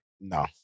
No